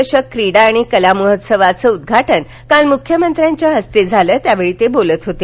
चषक क्रीडा आणि कला महोत्सवाचं उदघाटन काल मुख्यमंत्र्यांच्या हस्ते झालं त्यावेळी ते बोलत होते